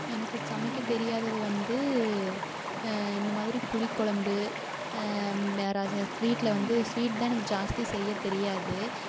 எனக்கு சமைக்கத் தெரியாதது வந்து இந்த மாதிரி புளிக்குழம்பு ஸ்வீட்டில் வந்து ஸ்வீட் தான் எனக்கு ஜாஸ்தி செய்ய தெரியாது